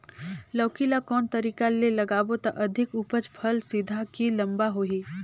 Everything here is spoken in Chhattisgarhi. लौकी ल कौन तरीका ले लगाबो त अधिक उपज फल सीधा की लम्बा होही?